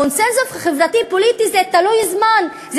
קונסנזוס חברתי-פוליטי הוא תלוי זמן,